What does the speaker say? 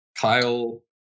Kyle